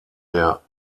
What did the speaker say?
der